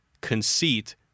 conceit